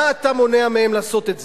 מה אתה מונע מהם לעשות את זה?